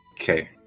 Okay